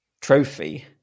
trophy